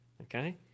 okay